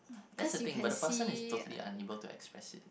that's the thing but the person is totally unable to express it